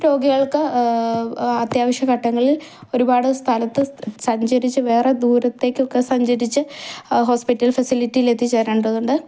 രോഗികൾക്ക് അത്യാവശ്യഘട്ടങ്ങളിൽ ഒരുപാട് സ്ഥലത്ത് സഞ്ചരിച്ച് വേറെ ദൂരത്തേക്ക് ഒക്കെ സഞ്ചരിച്ച് ഹോസ്പിറ്റൽ ഫെസിലിറ്റിയിൽ എത്തിച്ചേരേണ്ടതുണ്ട്